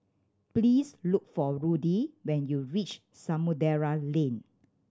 please look for Rudy when you reach Samudera Lane